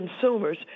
consumers